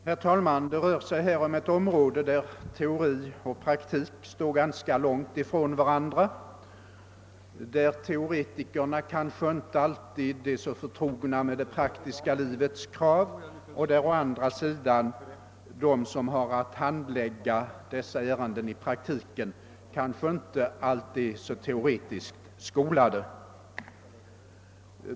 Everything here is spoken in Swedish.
Herr talman! Det rör sig här om ett område där teori och praktik står ganska långt ifrån varandra, där teoretikerna kanske inte alltid är så förtrogna med det praktiska livets krav och där de som har att handlägga dessa ärenden i praktiken kanske inte alltid är så teoretiskt skolade.